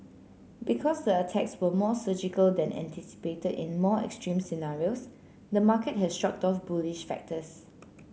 because the attacks were more surgical than anticipated in more extreme scenarios the market has shrugged off bullish factors